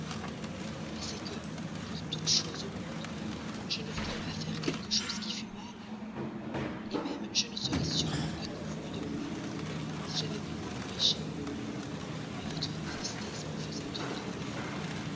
mais c'est que pour toute chose au monde je ne voudrais pas faire quelque chose qui fût mal même je ne serais sûrement pas convenue de mon amour si j'avais pu m'en empêcher mais votre tristesse me faisait trop de peine